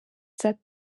set